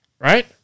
right